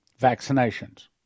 vaccinations